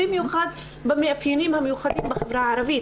במיוחד במאפיינים המיוחדים בחברה הערבית.